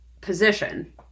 position